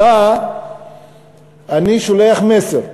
ולה אני שולח מסר,